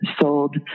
sold